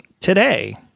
today